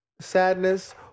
sadness